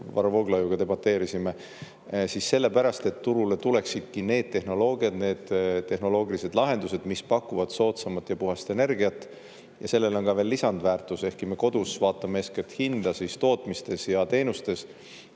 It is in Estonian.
Vooglaiuga debateerisime, siis sellepärast, et turule tuleksidki need tehnoloogiad, need tehnoloogilised lahendused, mis pakuvad soodsamat ja puhast energiat. Ja sellel on ka veel lisandväärtus, ehkki me kodus vaatame eeskätt hinda, siis tootmistes ja teenustes